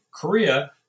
Korea